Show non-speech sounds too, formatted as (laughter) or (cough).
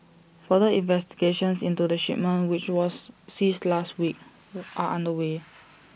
further investigations into the shipment which was seized last week (noise) are underway